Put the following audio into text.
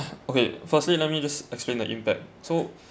okay firstly let me just explain the impact so